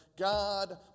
God